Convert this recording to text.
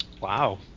Wow